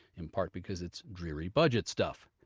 in part because it's dreary budget stuff.